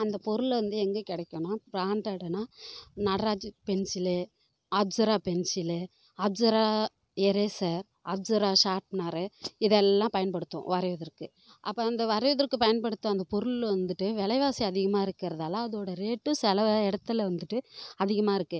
அந்த பொருளை வந்து எங்கே கிடைக்குன்னா பிராண்டட்னால் Nataraj pencil Apsara pencil Apsara eraser Apsara sharpener இதை எல்லாம் பயன்படுத்துவோம் வரைவதற்கு அப்போது அந்த வரைவதற்கு பயன்படுத்தும் அந்த பொருள் வந்துட்டு விலைவாசி அதிகமாக இருக்கிறதால அதோடய ரேட்டு சில இடத்துல வந்துட்டு அதிகமாக இருக்குது